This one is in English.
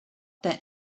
that